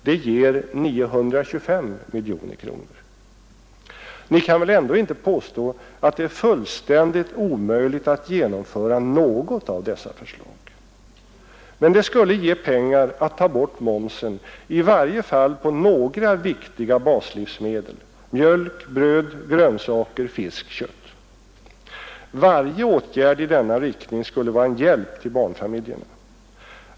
Det ger 925 miljoner. Ni kan väl ändå inte påstå att det är fullständigt omöjligt att genomföra något av dessa förslag? Men det skulle ge pengar att ta bort momsen i varje fall på några viktiga baslivsmedel — mjölk, bröd, grönsaker, fisk, kött. Varje åtgärd i denna riktning skulle vara en hjälp till barnfamiljerna.